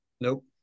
Nope